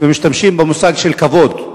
במושג כבוד.